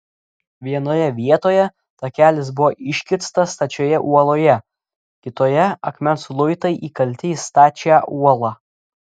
vienoje vietoje takelis buvo iškirstas stačioje uoloje kitoje akmens luitai įkalti į stačią uolą